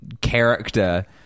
character